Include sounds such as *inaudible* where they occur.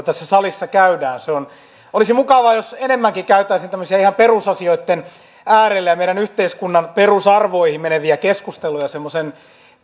*unintelligible* tässä salissa käydään olisi mukavaa jos enemmänkin käytäisiin tämmöisiä ihan perusasioitten äärelle ja meidän yhteiskunnan perusarvoihin meneviä keskusteluja semmoisen